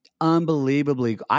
unbelievably –